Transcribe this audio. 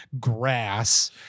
grass